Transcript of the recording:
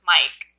Mike